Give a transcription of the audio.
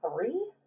three